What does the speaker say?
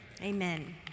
Amen